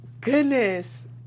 Goodness